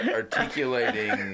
articulating